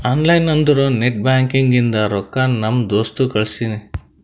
online ಅಂದುರ್ net banking ಇಂದ ರೊಕ್ಕಾ ನಮ್ ದೋಸ್ತ್ ಕಳ್ಸಿನಿ